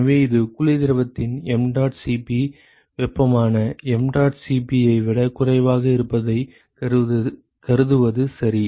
எனவே இது குளிர் திரவத்தின் mdot Cp வெப்பமான mdot Cp ஐ விட குறைவாக இருப்பதாகக் கருதுவது சரி